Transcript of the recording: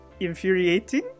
infuriating